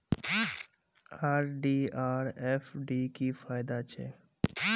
RD आर FD की फ़ायदा छे?